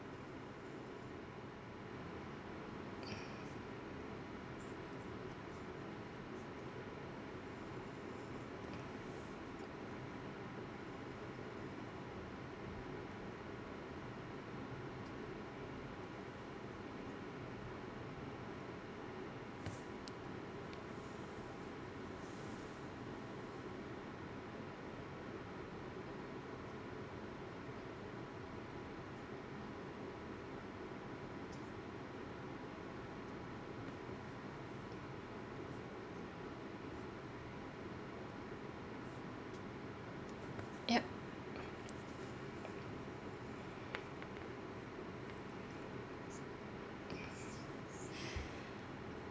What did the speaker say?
yup